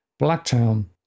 Blacktown